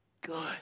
good